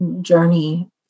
journey